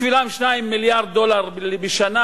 בשבילם 2 מיליארד דולר בשנה,